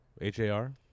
H-A-R